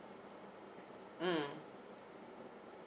mm